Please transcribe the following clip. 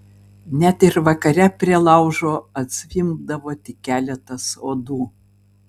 net ir vakare prie laužo atzvimbdavo tik keletas uodų